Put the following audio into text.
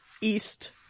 East